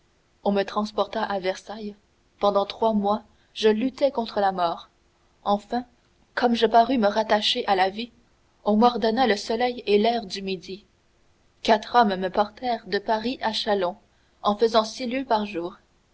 on me transporta à versailles pendant trois mois je luttai contre la mort enfin comme je parus me rattacher à la vie on m'ordonna le soleil et l'air du midi quatre hommes me portèrent de paris à châlons en faisant six lieues par jour